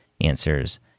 answers